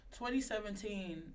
2017